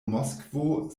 moskvo